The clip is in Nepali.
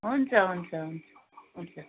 हुन्छ हुन्छ हुन्छ हुन्छ